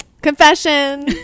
Confession